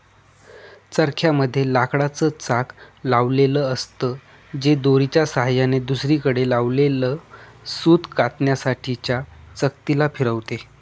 चरख्या मध्ये लाकडाच चाक लावलेल असत, जे दोरीच्या सहाय्याने दुसरीकडे लावलेल सूत कातण्यासाठी च्या चकती ला फिरवते